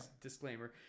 Disclaimer